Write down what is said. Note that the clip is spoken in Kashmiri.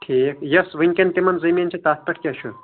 ٹھیٖک یۄس وٕنکٮ۪ن تِمن زٔمین چھِ تتھ پٮ۪ٹھ کیاہ چُھ